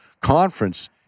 conference